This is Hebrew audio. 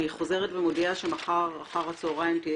אני חוזרת ומודיעה שמחר אחר הצהריים תהיה